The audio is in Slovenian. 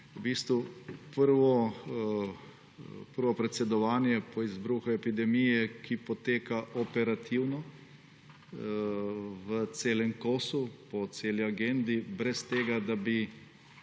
v bistvu prvo predsedovanje po izbruhu epidemije, ki poteka operativno, v celem kosu, po celi agendi, brez tega da bi